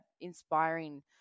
inspiring